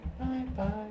Bye-bye